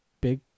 big